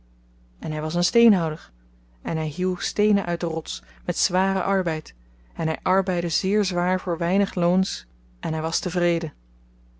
en hy was een steenhouwer en hy hieuw steenen uit de rots met zwaren arbeid en hy arbeidde zeer zwaar voor weinig loons en hy was tevreden